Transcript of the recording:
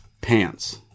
pants